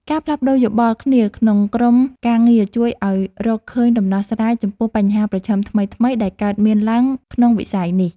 ការផ្លាស់ប្តូរយោបល់គ្នាក្នុងក្រុមការងារជួយឱ្យរកឃើញដំណោះស្រាយចំពោះបញ្ហាប្រឈមថ្មីៗដែលកើតមានឡើងក្នុងវិស័យនេះ។